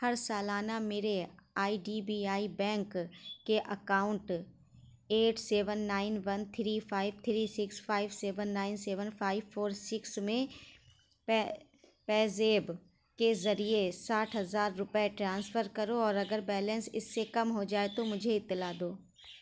ہر سالانہ میرے I D B I bank کے account eight seven nine one three five three six five seven nine seven five four six میں pay PayZapp کے ذریعے ساٹھ ہزار روپے ٹرانسفر کرو اور اگر بیلنس اس سے کم ہو جائے تو مجھے اطلاع دو